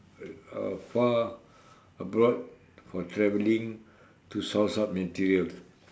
uh far abroad for traveling to source up materials